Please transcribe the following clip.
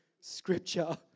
scripture